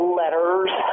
letters